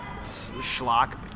schlock-